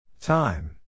Time